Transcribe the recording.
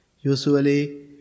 Usually